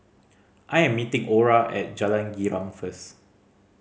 I am meeting Ora at Jalan Girang first